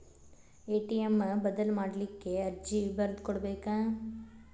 ATM ಬದಲ್ ಮಾಡ್ಲಿಕ್ಕೆ ಅರ್ಜಿ ಬರ್ದ್ ಕೊಡ್ಬೆಕ